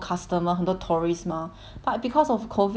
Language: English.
but because of COVID 他现在都很少 tourist liao